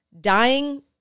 Dying